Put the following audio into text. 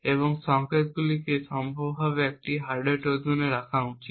এবং এই সংকেতগুলিকে সম্ভাব্যভাবে একটি হার্ডওয়্যার ট্রোজান রাখা উচিত